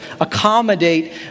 accommodate